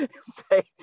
Say